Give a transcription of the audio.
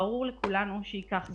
ברור לכולנו שייקח זמן,